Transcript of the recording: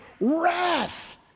wrath